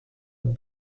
mon